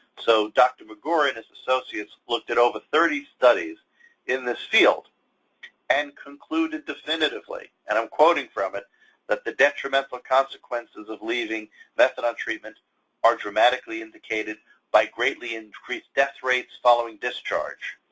so dr. magura and his associates looked at over thirty studies in this field and concluded definitively, and i'm quoting from it that the detrimental consequences of leaving methadone treatment are dramatically indicated by greatly increased death rates following discharge.